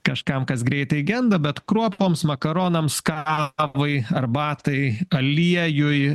kažkam kas greitai genda bet kruopoms makaronams ką apvai arbatai aliejui